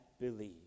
believe